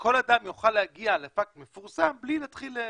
כל אדם יוכל להגיע לפקס בלי להתחיל לחפור.